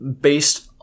based